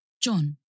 John